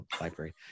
library